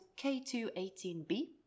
K218b